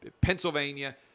Pennsylvania